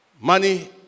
Money